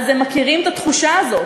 הם מכירים את התחושה הזאת,